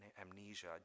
amnesia